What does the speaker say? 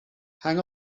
hang